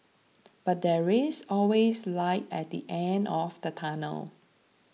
but there is always light at the end of the tunnel